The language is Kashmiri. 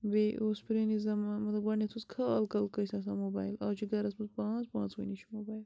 بیٚیہِ اوس پرٛٲنِس زمانہٕ مطلب گۄڈنیٚتھ اوس خال کَل کٲنٛسہِ آسان موبایِل آز چھِ گَھرَس منٛز پانٛژھ پانٛژؤنی چھُ موبایِل